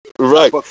right